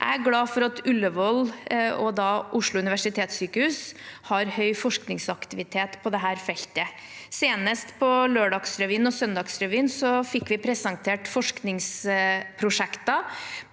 Jeg er glad for at Ullevål og Oslo universitetssykehus har høy forskningsaktivitet på dette feltet. Senest på Lørdagsrevyen og Søndagsrevyen fikk vi presentert forskningsprosjekter